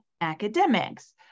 academics